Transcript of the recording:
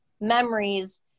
memories